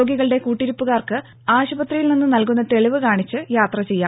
രോഗികളുടെ കൂട്ടിരിപ്പുകാർക്ക് ആശുപത്രിയിൽ നിന്ന് നൽകുന്ന തെളിവ് കാണിച്ച് യാത്ര ചെയ്യാം